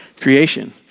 creation